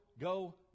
go